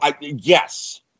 yes